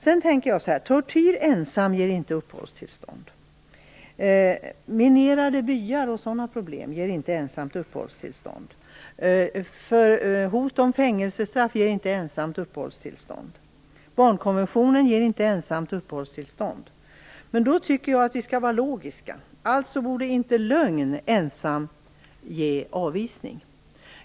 Sedan tänker jag så här: Tortyr ger inte ensamt uppehållstillstånd. Minerade byar och sådana problem ger inte ensamt uppehållstillstånd. Hot om fängelsestraff ger inte ensamt uppehållstillstånd. Barnkonventionen ger inte ensamt uppehållstillstånd. Men då tycker jag att vi skall vara logiska. Alltså borde inte lögn ensamt ge avvisning.